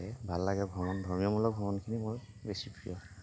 ভাল লাগে ভ্ৰমণ ধৰ্মীয়মূলক ভ্ৰমণখিনি মোৰ বেছি প্ৰিয়